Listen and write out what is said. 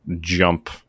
jump